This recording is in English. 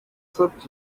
such